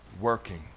working